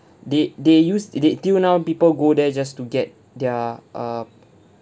they they used they till now people go there just to get their err